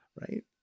Right